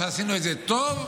עשינו את זה טוב,